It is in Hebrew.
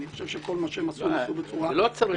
אני חושב שכל מה שהם עשו, הם עשו בצורה מקצועית.